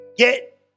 Get